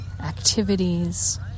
activities